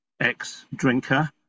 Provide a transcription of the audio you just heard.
ex-drinker